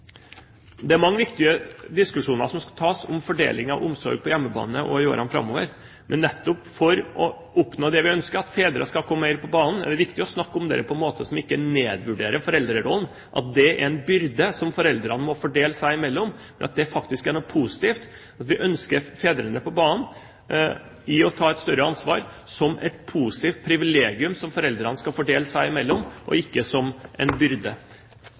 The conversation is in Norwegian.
Det er mange viktige diskusjoner som skal tas om fordeling av omsorg på hjemmebane også i årene framover, men nettopp for å oppnå det vi ønsker, at fedre skal komme mer på banen, er det viktig å snakke om det på en måte som ikke nedvurderer foreldrerollen; at det er en byrde som foreldrene må fordele seg imellom. Det er faktisk noe positivt. Vi ønsker fedrene på banen for å ta et større ansvar – som et privilegium som foreldrene skal fordele seg imellom, ikke som en byrde.